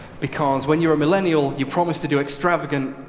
because when you're a millennial, you promise to do extravagant,